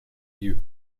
used